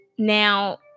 Now